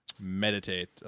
Meditate